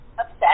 upset